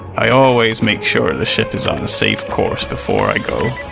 i always make sure the ship is on a safe course before i go.